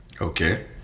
Okay